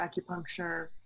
acupuncture